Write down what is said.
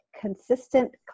consistent